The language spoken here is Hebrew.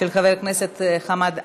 של חבר הכנסת חמד עמאר.